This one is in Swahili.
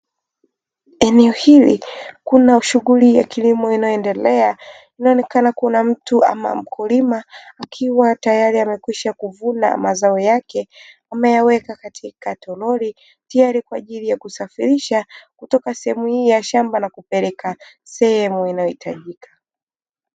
Eneo hili kuna shughuli ya kilimo inayoendelea inaonekana kuna mtu ama mkulima akiwa tayari amekwisha kuvuna mazao yake ameyaweka katika toroli, tayari kwa ajili ya kusafirisha kutoka sehemu hii ya shamba na kupeleka sehemu inayohitajika.